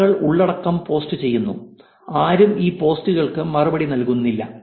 ആളുകൾ ഉള്ളടക്കം പോസ്റ്റുചെയ്യുന്നു ആരും ഈ പോസ്റ്റുകൾക്ക് മറുപടി നൽകുന്നില്ല